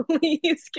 please